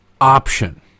option